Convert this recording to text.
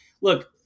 look